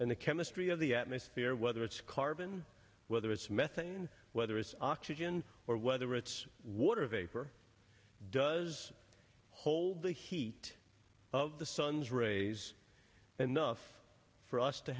and the chemistry of the atmosphere whether it's carbon whether it's methane whether it's oxygen or whether it's water vapor does hold the heat of the sun's rays and nuff for us to